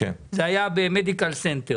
זה היה במדיקל סנטר